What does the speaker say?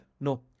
No